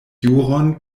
juron